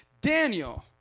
Daniel